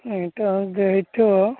ଏଇଟା ଯଦି ହେଇଥିବ